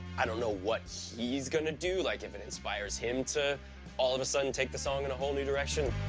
i don't know what he's gonna do, like, if it inspires him to all of a sudden take the song in a whole new direction.